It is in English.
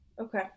Okay